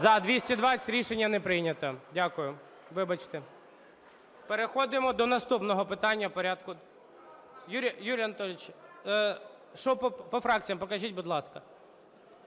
За-220 Рішення не прийнято. Дякую. Вибачте. Переходимо до наступного питання порядку… Юрій Анатолійович… По фракціям покажіть, будь ласка.